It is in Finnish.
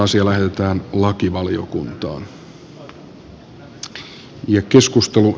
keskustelun aloittaa edustaja niikko